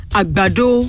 agbado